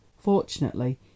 Fortunately